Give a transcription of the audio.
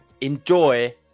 enjoy